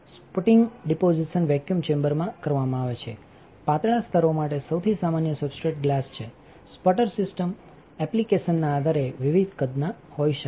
સ્પુટિંગ deposition vacuum ચેમ્બરમાં કરવામાં આવે છેપાતળા સ્તરોમાટે સૌથી સામાન્ય સબસ્ટ્રેટ્સગ્લાસ છે સ્પટર સિસ્ટમ એપ્લિકેશનના આધારે વિવિધ કદના હોઈ શકે છે